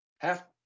Half